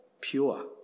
pure